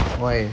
why